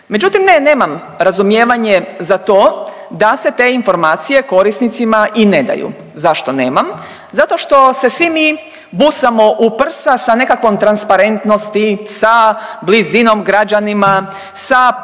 Međutim, ne, nemam razumijevanje za to da se te informacije korisnicima i ne daju. Zašto nemam? Zato što se svi mi busamo u prsa sa nekakvom transparentnosti, sa blizinom građanima, sa